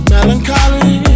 Melancholy